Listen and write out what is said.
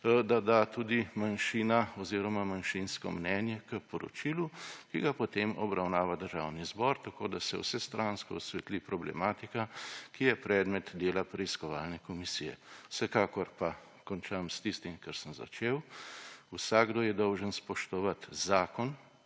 da da tudi manjšina oziroma manjšinsko mnenje k poročilu, ki ga potem obravnava Državni zbor, tako da se vsestransko osvetli problematika, ki je predmet dela preiskovalne komisije. Vsekakor pa končam s tistim, kar sem začel. Vsakdo je dolžan spoštovati zakon